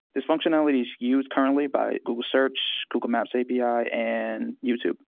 this functionality is used currently by google search, google maps api, and youtube.